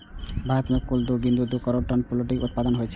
भारत मे कुल दू बिंदु दू करोड़ टन पोल्ट्री उत्पादन होइ छै